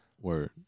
Word